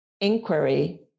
inquiry